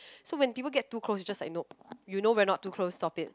so when people get too close just like nope you know we are not too close stop it